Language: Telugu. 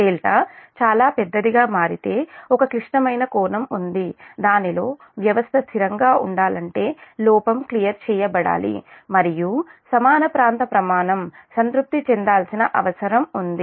δ చాలా పెద్దది గా మారితే ఒక క్లిష్టమైన కోణం ఉంది దానిలో వ్యవస్థ స్థిరంగా ఉండాలంటే లోపం క్లియర్ చేయబడాలి మరియు సమాన ప్రాంత ప్రమాణం సంతృప్తి చెందాల్సిన అవసరం ఉంది